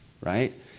right